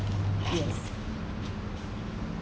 yes